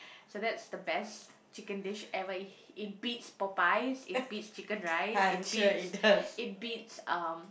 so that's the best chicken dish ever it it beats Popeyes it beats Chicken-Rice it beats it beats um